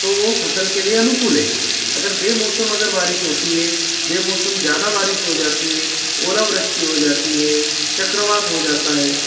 तो वो फसल के लिए अनुकूल है अगर बे मौसम अगर बारिश होती है बे मौसम ज्यादा बारिश हो जाती है ओलावृष्टि हो जाती है चक्रवात हो जाता है